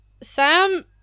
Sam